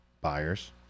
buyers